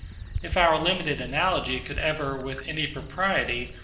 if our limited analogy could ever, with any propriety,